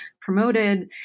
promoted